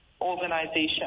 organization